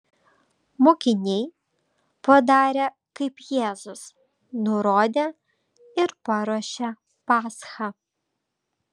mokiniai padarė kaip jėzus nurodė ir paruošė paschą